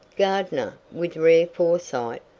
gardner, with rare foresight,